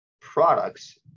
products